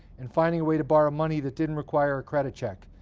and finding a way to borrow money that didn't require a credit check.